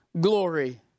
glory